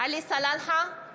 עלי סלאלחה,